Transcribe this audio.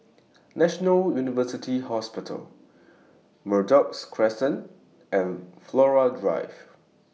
National University Hospital Merbok Crescent and Flora Drive